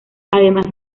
además